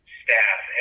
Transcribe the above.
staff